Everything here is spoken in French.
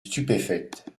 stupéfaite